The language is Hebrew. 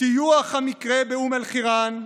מטיוח המקרה באום אל-חיראן,